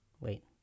wait